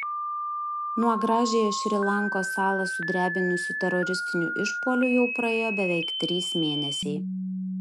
nuo gražiąją šri lankos salą sudrebinusių teroristinių išpuolių jau praėjo beveik trys mėnesiai